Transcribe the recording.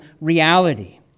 reality